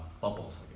bubbles